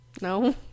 No